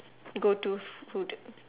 go to food